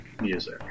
music